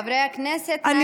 חברי הכנסת, נא להקשיב.